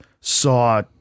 saw